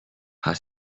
her